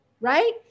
right